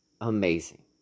amazing